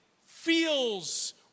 feels